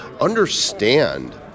understand